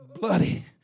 Bloody